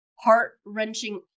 heart-wrenching